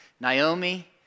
Naomi